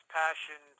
passion